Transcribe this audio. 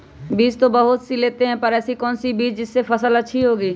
बीज तो बहुत सी लेते हैं पर ऐसी कौन सी बिज जिससे फसल अच्छी होगी?